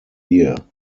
year